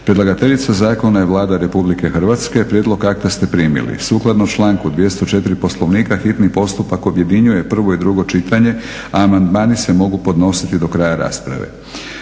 Predlagateljica zakona je Vlada Republike Hrvatske. Prijedlog akta ste primili. Sukladno članku 204. Poslovnika hitni postupak objedinjuje prvo i drugo čitanje. A amandmani se mogu podnositi do kraja rasprave.